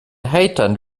hatern